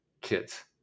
kids